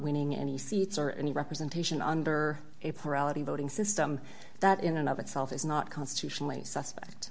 winning any seats or any representation under a plurality voting system that in and of itself is not constitutionally suspect